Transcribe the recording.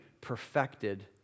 perfected